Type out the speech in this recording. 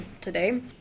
today